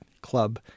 club